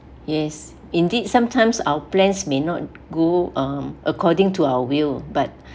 yes indeed sometimes our plans may not go um according to our will but